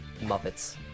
Muppets